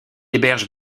héberge